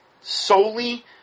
solely